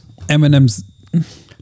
Eminem's